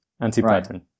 anti-pattern